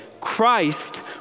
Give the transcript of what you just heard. Christ